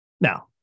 now